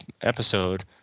episode